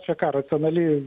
čia ką racionali